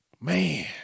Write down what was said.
Man